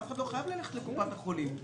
אף אחד לא חייב ללכת לקופת החולים,